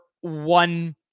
one